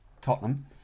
Tottenham